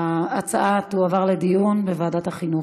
ההצעה תועבר לדיון בוועדת החינוך.